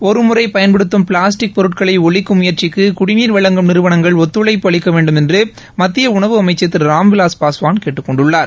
ஒருமுறை பயன்படுத்தும் பிளாஸ்டிக் பொருட்களை ஒழிக்கும் முயற்சிக்கு குடிநீர் வழங்கும் நிறுவனங்கள் ஒத்துழைப்பு அளிக்க வேண்டுமென்று மத்திய உனாவு அமைச்சர் திரு ராம்விலாஸ் பாஸ்வான் கேட்டுக் கொண்டுள்ளார்